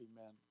Amen